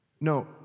No